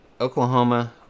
Oklahoma